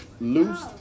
Loose